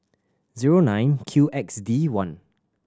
zero nine Q X D one